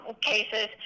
cases